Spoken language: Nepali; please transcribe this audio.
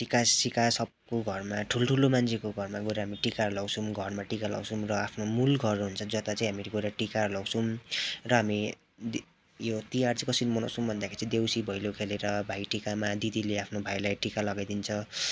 टिका सिका सबको घरमा ठुल्ठुलो मान्छेको घरमा गएर हामी टिकाहरू लाउँछौँ घरमा टिका लाउँछौँ र आफ्नो मूल घर हुन्छ जता चाहिँ हामी गएर टिकाहरू लाउँछौँ र हामी यो तिहार चाहिँ कसरी मनाउँछौँ भन्दाखेरि चाहिँ देउसी भैलो खेलेर भाइ टिकामा दिदीले आफ्नो भाइलाई टिका लगाइदिन्छ